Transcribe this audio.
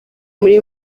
muri